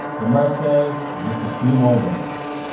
but merk says just a few more days